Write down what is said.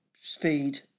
Speed